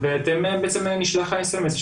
ובהתאם נשלח האס.אמ.אס.